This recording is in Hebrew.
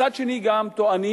מצד שני גם טוענים,